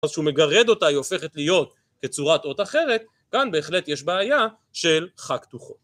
אז כשהוא מגרד אותה היא הופכת להיות כצורת אות אחרת, כאן בהחלט יש בעיה של חק תוכו